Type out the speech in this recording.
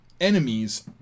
enemies